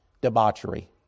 debauchery